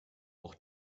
auch